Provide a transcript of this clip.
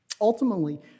Ultimately